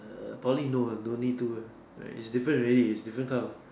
err Poly no uh don't need do uh it's different already it's different kind of